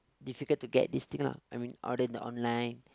difficult to get this thing lah I mean order in the online